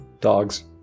Dogs